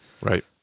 Right